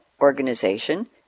organization